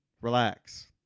Relax